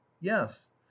yes